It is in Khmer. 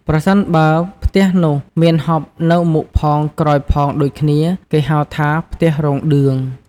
ប្រសិនបើផ្ទះនោះមានហប់នៅមុខផងក្រោយផងដូចគ្នា គេហៅថាផ្ទះរោង ឌឿង។